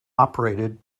operated